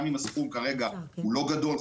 גם אם הסכום כרגע הוא לא גדול.